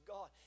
God